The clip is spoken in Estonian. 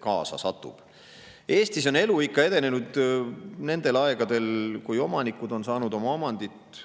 kaasa satub. Eestis on elu edenenud ikka nendel aegadel, kui omanikud on saanud oma omandit